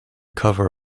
cover